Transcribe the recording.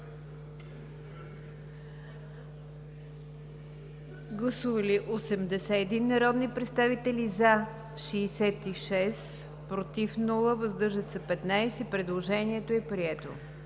Гласували 81 народни представители: за 66, против няма, въздържали се 15. Предложението е прието.